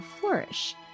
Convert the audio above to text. flourish